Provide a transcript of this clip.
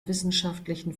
wissenschaftlichen